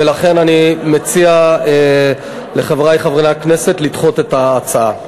ולכן אני מציע לחברי חברי הכנסת לדחות את ההצעה.